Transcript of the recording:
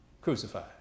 crucified